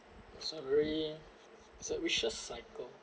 so really it's a vicious cycle